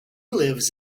lives